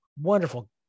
wonderful